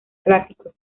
clásicos